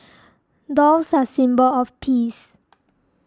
doves are a symbol of peace